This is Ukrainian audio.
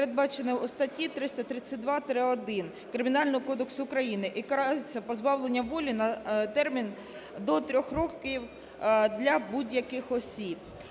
передбачено у статті 332-1 Кримінального кодексу України і карається позбавленням волі на термін до 3 років для будь-яких осіб.